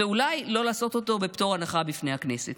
ואולי לא לעשות אותו בפטור מהנחה בפני הכנסת,